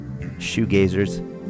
shoegazers